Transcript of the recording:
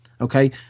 okay